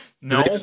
no